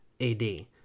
AD